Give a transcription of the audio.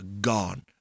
gone